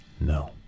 No